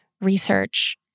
research